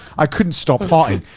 i couldn't stop farting.